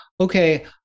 okay